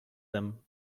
them